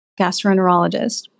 gastroenterologist